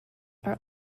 are